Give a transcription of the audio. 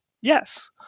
yes